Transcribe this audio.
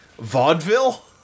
vaudeville